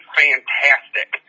fantastic